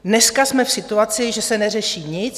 Dneska jsme v situaci, že se neřeší nic.